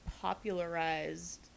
popularized